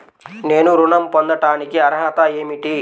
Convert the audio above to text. నేను ఋణం పొందటానికి అర్హత ఏమిటి?